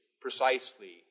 precisely